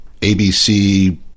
ABC